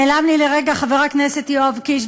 נעלם לי לרגע חבר הכנסת יואב קיש,